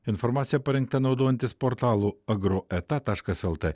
informacija parengta naudojantis portalu agro eta taškas lt